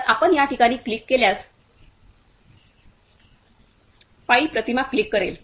तर आपण या ठिकाणी क्लिक केल्यास पाई प्रतिमा क्लिक करेल